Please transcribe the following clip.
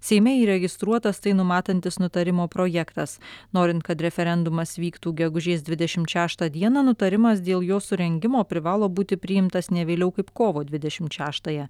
seime įregistruotas tai numatantis nutarimo projektas norint kad referendumas vyktų gegužės dvidešimt šeštą dieną nutarimas dėl jo surengimo privalo būti priimtas ne vėliau kaip kovo dvidešimt šeštąją